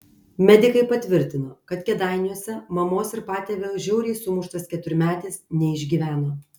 medikai patvirtino kad kėdainiuose mamos ir patėvio žiauriai sumuštas keturmetis neišgyveno